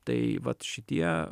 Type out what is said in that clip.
tai vat šitie